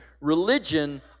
religion